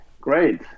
Great